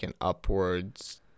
upwards